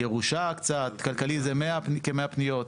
ירושה קצת, כלכלי זה כ-100 פניות,